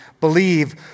believe